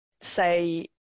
say